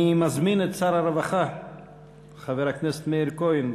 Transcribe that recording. אני מזמין את שר הרווחה חבר הכנסת מאיר כהן.